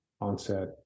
onset